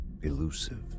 Elusive